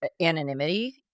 anonymity